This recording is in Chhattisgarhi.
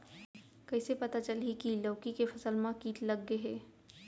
कइसे पता चलही की लौकी के फसल मा किट लग गे हे?